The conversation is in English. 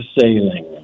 sailing